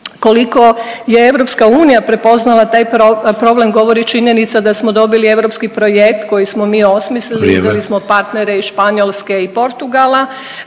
koliko je EU prepoznala taj problem govori činjenica da smo dobili europski projekt koji smo mi osmislili…/Upadica Sanader: Vrijeme/…uzeli smo partnere iz Španjolske i Portugala